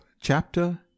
chapter